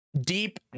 deep